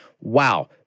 Wow